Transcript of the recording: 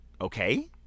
okay